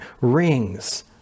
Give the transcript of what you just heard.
rings